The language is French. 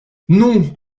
non